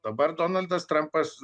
dabar donaldas trumpas